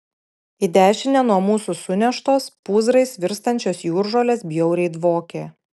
į dešinę nuo mūsų suneštos pūzrais virstančios jūržolės bjauriai dvokė